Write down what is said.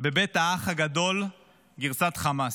בבית האח הגדול גרסת חמאס.